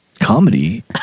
comedy